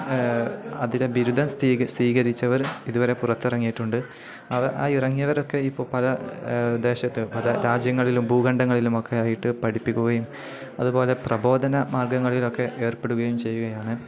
അതിലെ ബിരുദം സ്ഥലം സ്വീകരിച്ചവർ ഇതുവരെ പുറത്ത് ഇറങ്ങിയിട്ടുണ്ട് അവ ആ ഇറങ്ങിയവരൊക്കെ ഇപ്പോൾ പല ദേശത്ത് പല രാജ്യങ്ങളിലും ഭൂഖണ്ഡങ്ങളിലുമൊക്കെ ആയിട്ട് പഠിപ്പിക്കുകയും അതുപോലെ പ്രബോധന മാർഗ്ഗങ്ങളിലൊക്കെ ഏർപ്പെടുകയും ചെയ്യുകയാണ്